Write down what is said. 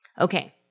Okay